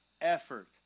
effort